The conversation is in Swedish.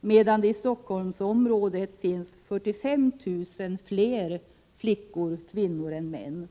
medan det i Stockholmsområdet finns 45 000 fler flickor/kvinnor än män.